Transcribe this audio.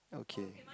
okay